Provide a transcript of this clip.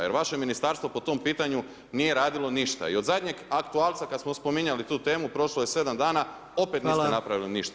Jer vaše ministarstvo po tom pitanju nije radilo ništa i od zadnjeg aktualca kad smo spominjali tu temu, prošlo je 7 dana, opet niste napravili ništa.